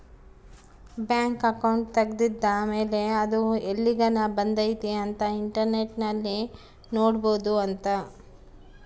bank account ತೆಗೆದ್ದ ಮೇಲೆ ಅದು ಎಲ್ಲಿಗನ ಬಂದೈತಿ ಅಂತ ಇಂಟರ್ನೆಟ್ ಅಲ್ಲಿ ನೋಡ್ಬೊದು ಅಂತ